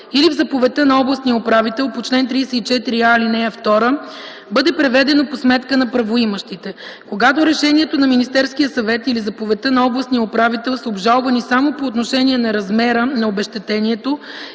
или в заповедта на областния управител по чл. 34а, ал. 2, бъде преведено по сметка на правоимащите. Когато решението на Министерския съвет или заповедта на областния управител са обжалвани само по отношение на размера на обезщетението